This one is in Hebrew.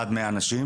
עד 100 אנשים.